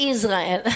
Israel